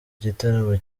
gitaramo